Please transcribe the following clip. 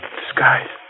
disguise